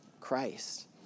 Christ